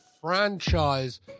franchise